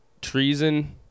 treason